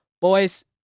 Boys